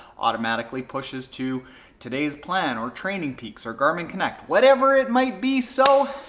automatically pushes to today's plan, or training peaks, or garmin connect. whatever it might be. so,